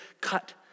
cut